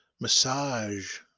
Massage